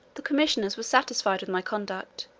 the commissioners were satisfied with my conduct,